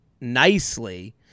nicely